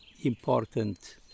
important